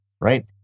right